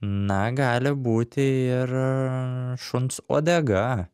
na gali būti ir šuns uodega